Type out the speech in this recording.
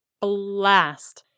blast